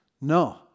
No